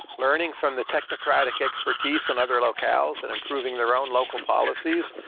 learning from the technocratic expertise on other locales and improving their own local policies.